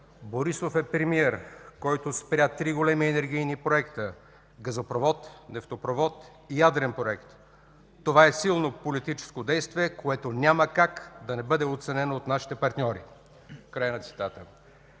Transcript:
„Борисов е премиер, който спря три големи енергийни проекта: газопровод, нефтопровод, ядрен проект”. Това е силно политическо действие, което няма как да не бъде оценено от нашите партньори”. Край на цитата.